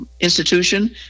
institution